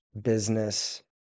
business